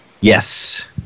Yes